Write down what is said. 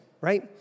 right